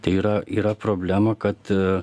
tai yra yra problema kad